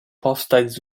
powstać